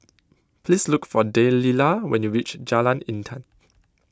please look for Delila when you reach Jalan Intan